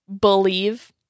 believe